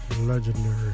Legendary